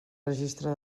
registre